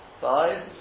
Five